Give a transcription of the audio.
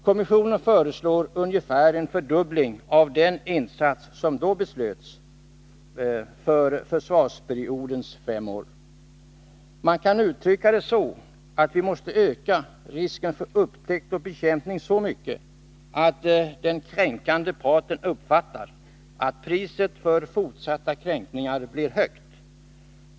Kommissionen föreslår ungefär en fördubbling av den insats som då beslöts för försvarsbeslutsperiodens fem år. Man kan uttrycka det så, att vi måste öka risken för upptäckt och bekämpning så mycket att den kränkande parten uppfattar att priset för fortsatta kränkningar blir högt.